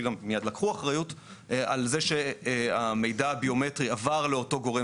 שגם מיד לקחו אחריות על זה שהמידע הביומטרי עבר לאותו גורם